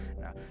Now